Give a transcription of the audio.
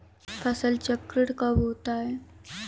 फसल चक्रण कब होता है?